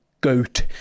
goat